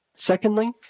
Secondly